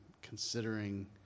considering